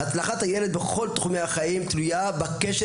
הצלחת הילד בכל תחומי החיים תלויה בקשר